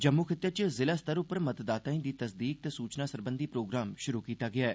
जम्मू खित्ते च जिला स्तर उप्पर मतदाताएं दी तसदीक ते सूचना सरबंधी प्रोग्राम शुरु कीता गेआ ऐ